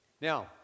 Now